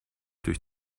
durch